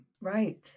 Right